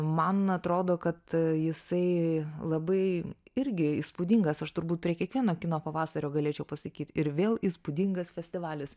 man atrodo kad jisai labai irgi įspūdingas aš turbūt prie kiekvieno kino pavasario galėčiau pasakyt ir vėl įspūdingas festivalis